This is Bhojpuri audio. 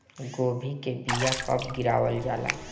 गोभी के बीया कब गिरावल जाला?